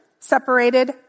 separated